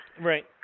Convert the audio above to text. Right